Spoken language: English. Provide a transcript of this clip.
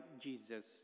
Jesus